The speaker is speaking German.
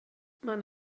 man